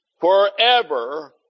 forever